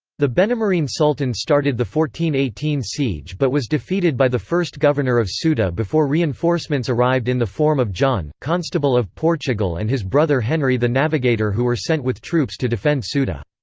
the benemerine sultan started the eighteen siege but was defeated by the first governor of so ceuta before reinforcements arrived in the form of john, constable of portugal and his brother henry the navigator who were sent with troops to defend ceuta.